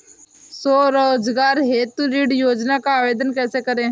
स्वरोजगार हेतु ऋण योजना का आवेदन कैसे करें?